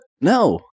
No